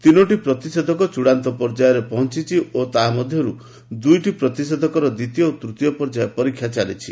ତିନୋଟି ପ୍ରତିଷେଧକ ଚୂଡ଼ାନ୍ତ ପର୍ଯ୍ୟାୟରେ ପହଞ୍ଚିଛି ଓ ତାହା ମଧ୍ୟରୁ ଦୁଇଟି ପ୍ରତିଷେଧକର ଦ୍ୱିତୀୟ ଓ ତୃତୀୟ ପର୍ଯ୍ୟାୟ ପରୀକ୍ଷା ଚାଲିଛି